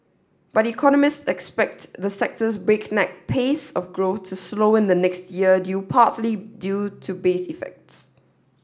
but economist expect the sector's breakneck pace of growth to slow in the new year due partly due to base effects